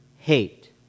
Hate